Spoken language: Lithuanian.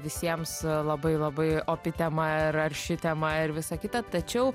visiems labai labai opi tema ir arši tema ir visa kita tačiau